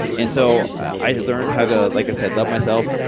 and so, i learned how to, like i said, love myself.